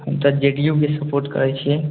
हम तऽ J D U के सपोर्ट करै छियै